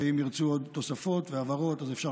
ואם ירצו עוד תוספות והבהרות אז אפשר,